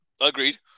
agreed